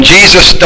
Jesus